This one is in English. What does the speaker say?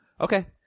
Okay